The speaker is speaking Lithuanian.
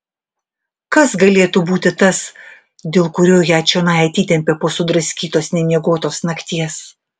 kas galėtų būti tas dėl kurio ją čionai atitempė po sudraskytos nemiegotos nakties